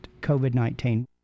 COVID-19